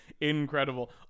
incredible